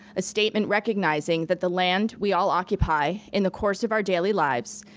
a statement recognizing that the land we all occupy in the course of our daily lives,